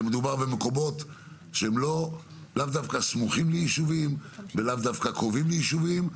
מדובר במקומות שהם לאו דווקא סמוכים וקרובים ליישובים.